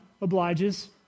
obliges